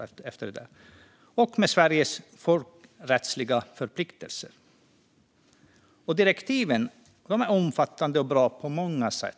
Förslagen ska också vara förenliga med Sveriges folkrättsliga förpliktelser. Direktiven är omfattande och bra på många sätt.